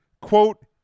quote